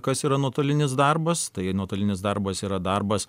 kas yra nuotolinis darbas tai nuotolinis darbas yra darbas